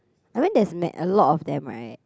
I mean there is mad a lot of them right